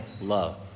love